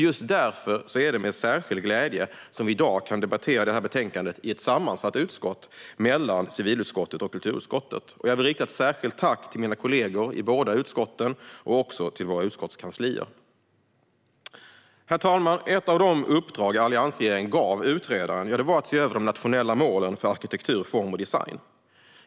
Just därför är det med särskild glädje vi i dag kan debattera detta betänkande i ett sammansatt utskott mellan civilutskottet och kulturutskottet. Jag vill rikta ett särskilt tack till mina kollegor i båda utskotten och också till våra utskottskanslier. Herr talman! Ett av de uppdrag alliansregeringen gav utredaren var att se över de nationella målen för arkitektur, form och design.